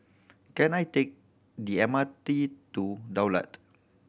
can I take the M R T to Daulat